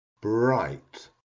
Bright